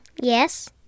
Yes